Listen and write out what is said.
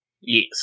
Yes